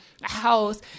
house